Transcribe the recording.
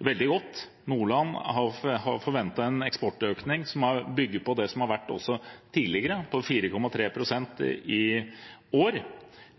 veldig godt. Nordland forventer en eksportøkning – som bygger på det som har vært tidligere – på 4,3 pst. i år.